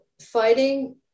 fighting